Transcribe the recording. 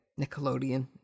Nickelodeon